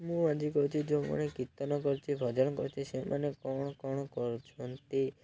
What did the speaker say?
ମୁଁ ଆଜି କହୁଛି ଯେଉଁମାନେ କୀର୍ତ୍ତନ କରୁଛି ଭଜନ କରୁଛି ସେମାନେ କ'ଣ କ'ଣ କରୁଛନ୍ତି